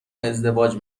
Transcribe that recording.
ازدواج